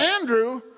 Andrew